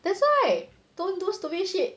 that's why don't do stupid shit